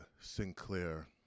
Sinclair